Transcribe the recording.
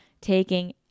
taking